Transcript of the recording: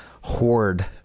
Horde